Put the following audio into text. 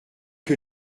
que